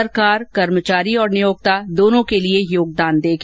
सरकार कर्मचारी और नियोक्ता दोनों के लिए योगदान देगी